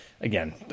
again